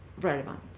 relevant